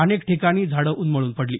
अनेक ठिकाणी झाडं उन्मळून पडली